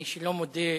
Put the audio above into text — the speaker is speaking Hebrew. מי שלא מודה לאנשים,